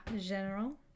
General